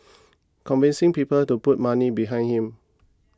convincing people to put money behind him